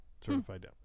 certified